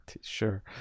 sure